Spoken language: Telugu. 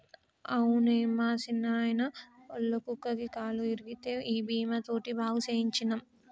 అవునే మా సిన్నాయిన, ఒళ్ళ కుక్కకి కాలు ఇరిగితే ఈ బీమా తోటి బాగు సేయించ్చినం